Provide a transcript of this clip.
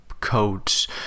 codes